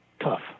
tough